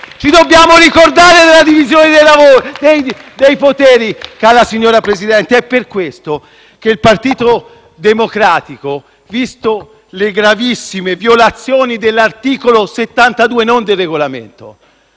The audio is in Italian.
Ci dobbiamo ricordare della divisione dei poteri, caro signor Presidente. È per questo che il Partito Democratico, viste le gravissime violazioni dell'articolo 72, non del Regolamento,